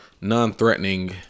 non-threatening